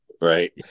right